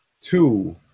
Two